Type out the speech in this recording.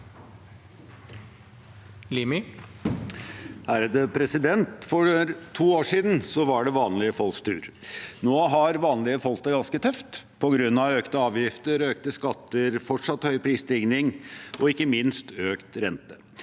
For to år siden var det vanlige folks tur. Nå har vanlige folk det ganske tøft, på grunn av økte avgifter, økte skatter, fortsatt høy prisstigning og ikke minst økt rente.